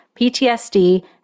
PTSD